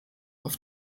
auf